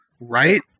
right